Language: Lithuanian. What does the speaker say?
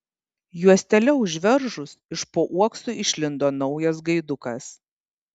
juostelę užveržus iš po uokso išlindo naujas gaidukas